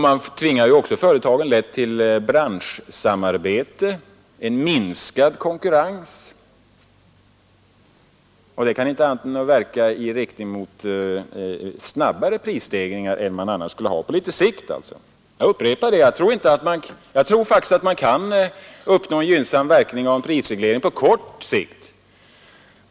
Man tvingar då också företagen till branschsamarbete, vilket medför minskad konkurrens, som inte kan annat än verka i riktning mot snabbare prisstegringar än man annars skulle få på litet längre sikt. Jag upprepar att jag tror att man kan uppnå gynnsamma verkningar av en prisreglering på kort sikt.